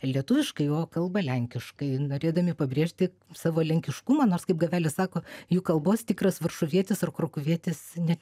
lietuviškai o kalba lenkiškai norėdami pabrėžti savo lenkiškumą nors kaip gavelis sako jų kalbos tikras varšuvietis ar krokuvietis net